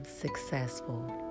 successful